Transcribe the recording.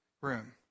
room